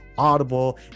audible